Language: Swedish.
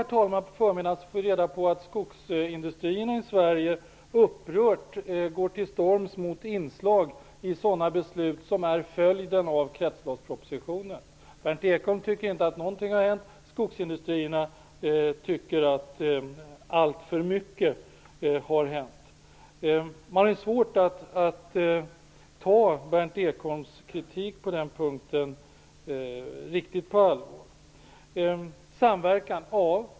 I dag på förmiddagen fick jag reda på att skogsindustrierna i Sverige upprört går till storms mot inslag i beslut som är följden av kretsloppspropositionen. Berndt Ekholm tycker inte att någonting har hänt, och skogsindustrierna tycker att alltför mycket har hänt. Det är svårt att ta Berndt Ekholms kritik på allvar.